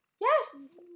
Yes